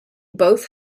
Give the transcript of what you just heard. both